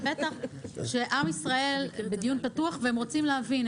ובטח כשעם ישראל בדיון פתוח והם רוצים להבין,